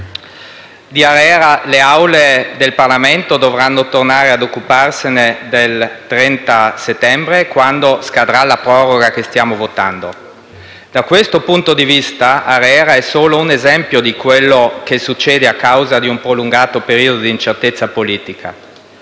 le Aule del Parlamento dovranno tornare a occuparsi di ARERA prima del 30 settembre, quando scadrà la proroga che stiamo votando. Da questo punto di vista ARERA è solo un esempio di quello che succede a causa di un prolungato periodo di incertezza politica.